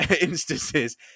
instances